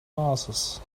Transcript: glasses